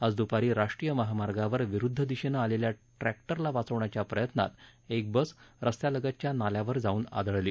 आज द्पारी राष्ट्रीय महामार्गावर विरुध्द दिशेनं आलेल्या ट्रॅक्टरला वाचवण्याच्या प्रयत्नात एक बस रस्त्यालगतच्या नाल्यावर जावून आदळली